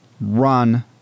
run